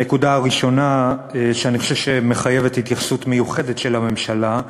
הנקודה הראשונה שאני חושב שמחייבת התייחסות מיוחדת של הממשלה,